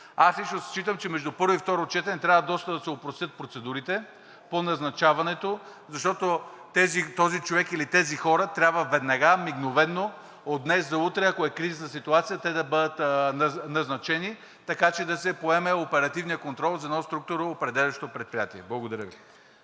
Аз лично считам, че между първо и второ четене трябва доста да се опростят процедурите по назначаването, защото този човек или тези хора трябва веднага, мигновено – от днес за утре, ако е кризисна ситуацията, да бъдат назначени, така че да се поеме оперативният контрол за едно структуроопределящо предприятие. Благодаря Ви.